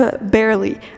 Barely